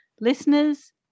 listeners